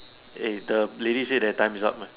eh the lady say that times up eh